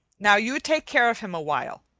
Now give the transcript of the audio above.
now you take care of him awhile.